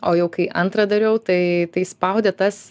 o jau kai antrą dariau tai tai spaudė tas